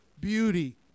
beauty